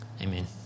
Amen